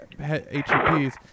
HEPs